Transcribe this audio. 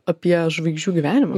apie žvaigždžių gyvenimą